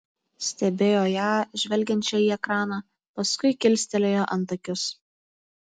stebėjo ją žvelgiančią į ekraną paskui kilstelėjo antakius